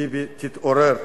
ביבי תתעורר.